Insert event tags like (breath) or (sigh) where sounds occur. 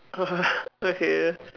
(breath) okay